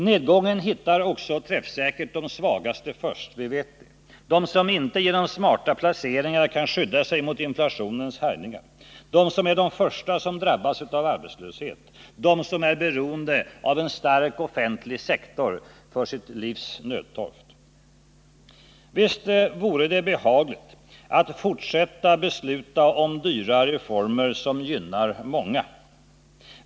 Nedgången hittar träffsäkert de svagaste först: de som inte genom smarta placeringar kan skydda sig mot inflationens härjningar, de som är de första som drabbas av arbetslöshet, de som är beroende av en stark offentlig sektor för livets nödtorft. Visst vore det behagligt att fortsätta att besluta om dyra reformer som gynnar många.